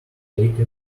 take